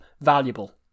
Valuable